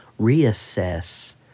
reassess